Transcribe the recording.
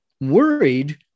worried